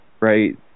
right